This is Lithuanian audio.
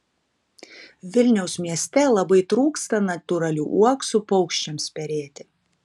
vilniaus mieste labai trūksta natūralių uoksų paukščiams perėti